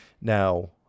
Now